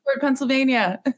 Pennsylvania